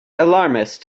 alarmist